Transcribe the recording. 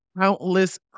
countless